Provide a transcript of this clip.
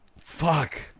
Fuck